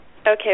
Okay